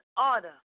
order